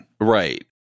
Right